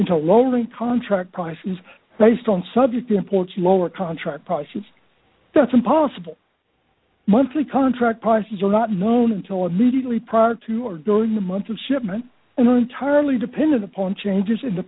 into lowering contract prices based on subject imports lower contract prices that's impossible monthly contract prices are not known until immediately prior to or during the month of shipment and are entirely dependent upon changes in the